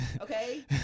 Okay